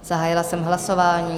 Zahájila jsem hlasování.